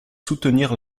soutenir